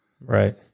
Right